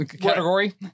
category